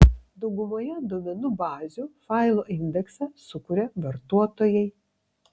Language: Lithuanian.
daugumoje duomenų bazių failo indeksą sukuria vartotojai